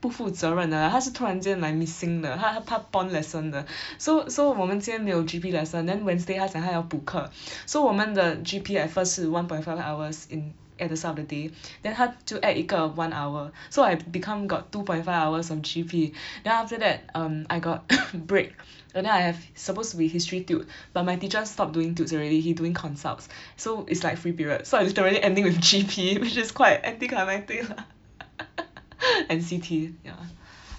不负责任的他是突然间 like missing 的他他 pon lesson 的 so so 我们今天没有 G_P lesson then wednesday 他讲他要补课 so 我们的 G_P at first 是 one point five hours in at the start of the day then 他就 add 一个 one hour so I become got two point five hours on G_P then after that um I got break and then I have supposed to be history tut but my teacher stop doing tuts already he doing consults so it's like free period so I literally ending with G_P which is quite anti-climatic lah and C_T ya